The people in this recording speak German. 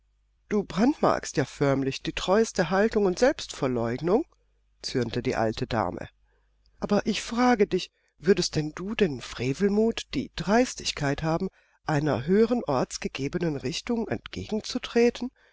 du brandmarkst ja förmlich die treueste hingebung und selbstverleugnung zürnte die alte dame aber ich frage dich würdest denn du den frevelmut die dreistigkeit haben einer höheren orts gegebenen richtung entgegenzutreten